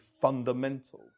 fundamental